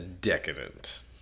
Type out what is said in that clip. decadent